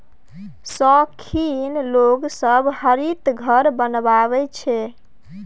शौखीन लोग सब हरित घर बनबैत छै